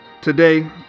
today